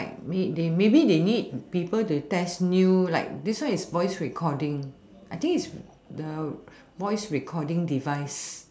like need they maybe they need people to test new like this one is voice recording I think is the voice recording device